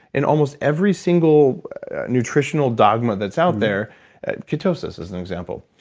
in almost every single nutritional dogma that's out there ketosis is an example.